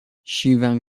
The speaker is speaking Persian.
شیون